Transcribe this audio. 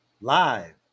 Live